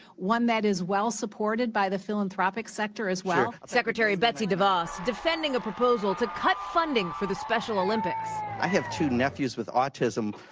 one that is well supported by the philanthropic sector as well. reporter secretary betsy devos defending a proposal to cut funding for the special olympics. i have two nephews with autism.